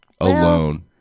Alone